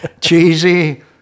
cheesy